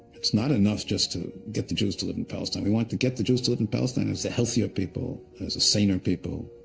it's not enough just to get the jews to live in palestine. we want to get the jews to live in palestine as a healthier people, as a saner people,